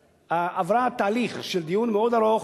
עברה תהליך של דיון מאוד ארוך,